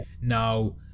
Now